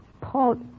Paul